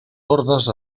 hordes